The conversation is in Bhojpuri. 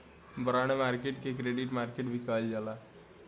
बॉन्ड मार्केट के क्रेडिट मार्केट भी कहल जाला